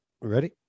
Ready